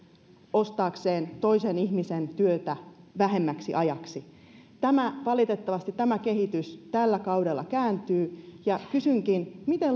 ostaakseen toisen ihmisen työtä vähemmäksi ajaksi valitettavasti tämä kehitys tällä kaudella kääntyy ja kysynkin miten